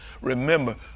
Remember